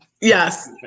Yes